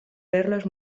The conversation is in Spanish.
verlos